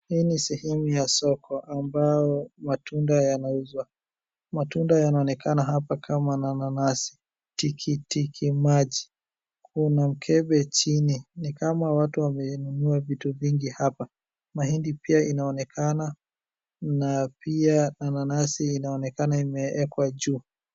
Hii ni sehemu ya soko ambao matunda yanauzwa matunda yanaonekana hapa kama nanasi ,tikitiki maji kuna mkebe chini nikama watu wamenunua vitu vingi hapa mahindi pia inaonekana mananasi pia inaonekana imewekwa juu.